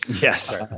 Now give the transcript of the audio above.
Yes